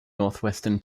northwestern